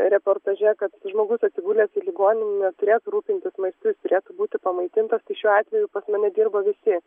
reportaže kad žmogus atsigulęs į ligoninę neturėtų rūpintis maistu turėtų būti pamaitintas tai šiuo atveju pas mane dirba visi